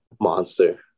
Monster